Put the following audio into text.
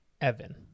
evan